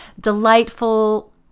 delightful